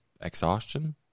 exhaustion